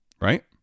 Right